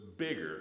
bigger